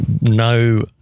no